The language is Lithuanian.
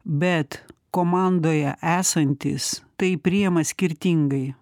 bet komandoje esantys tai priima skirtingai